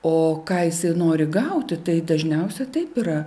o ką jisai nori gauti tai dažniausiai taip yra